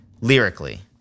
Lyrically